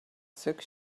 six